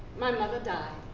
my mother died.